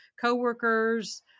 coworkers